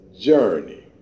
Journey